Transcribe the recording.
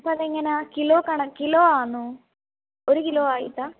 അപ്പോൾ അതെങ്ങനെ ആണ് കണക്ക് കിലോ ആണോ ഒരു കിലോ ആയിട്ടാണോ